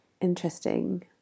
interesting